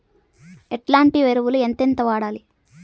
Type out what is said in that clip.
ఎట్లాంటి ఎరువులు ఎంతెంత వాడాలి?